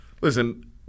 listen